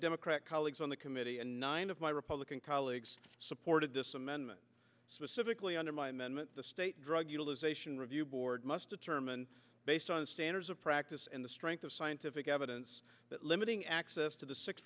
democrat colleagues on the committee and nine of my republican colleagues supported this amendment specifically under my amendment the state drug utilization review board must determine based on standards of practice and the strength of scientific evidence that limiting access to the six